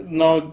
now